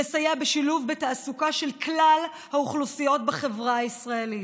לסייע בשילוב בתעסוקה של כלל האוכלוסיות בחברה הישראלית,